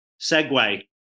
segue